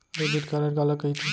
Debit card काला कहिथे?